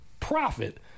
Profit